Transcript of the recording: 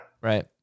Right